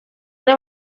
ine